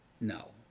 No